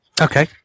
Okay